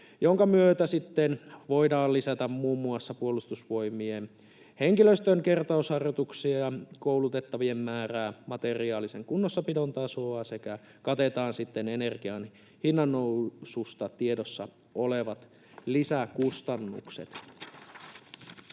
jonka myötä sitten voidaan lisätä muun muassa Puolustusvoimien henkilöstön kertausharjoituksia, koulutettavien määrää ja materiaalisen kunnossapidon tasoa sekä katetaan energian hinnannoususta tiedossa olevat lisäkustannukset.